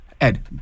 Ed